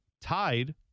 tied